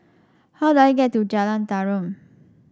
how do I get to Jalan Tarum